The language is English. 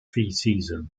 preseason